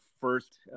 first